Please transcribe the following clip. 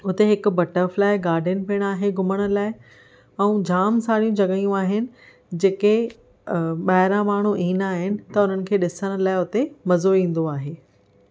हुते हिकु butterfly garden पिण आहे घुमण लाइ ऐं जाम सारी जॻहियूं आहिनि जेके ॿाहिरां माण्हू ईंदा आहिनि त उन्हनि खे ॾिसण लाइ हुते मज़ो ईंदो आहे